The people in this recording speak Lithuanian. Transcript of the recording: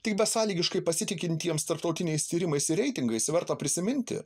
tik besąlygiškai pasitikintiems tarptautiniais tyrimais ir reitingais verta prisiminti